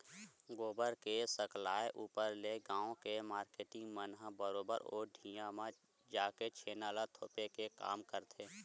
गोबर के सकलाय ऊपर ले गाँव के मारकेटिंग मन ह बरोबर ओ ढिहाँ म जाके छेना ल थोपे के काम करथे